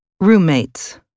Roommates